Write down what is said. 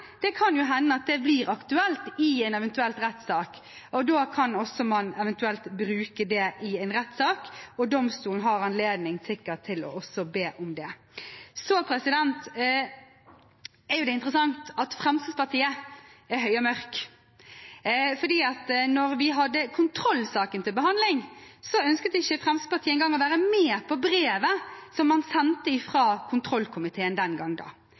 kan det hende at blir aktuelt i en eventuell rettssak, og da kan man eventuelt også bruke det i en rettssak. Domstolen har sikkert anledning til også å be om det. Det er interessant at Fremskrittspartiet er høye og mørke, for da vi hadde kontrollsaken til behandling, ønsket ikke Fremskrittspartiet engang å være med på brevet man sendte fra kontrollkomiteen den gangen. Da